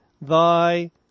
thy